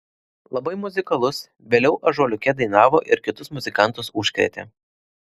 labai muzikalus vėliau ąžuoliuke dainavo ir kitus muzikuoti užkrėtė